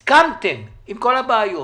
הסכמתם, עם כל הבעיות.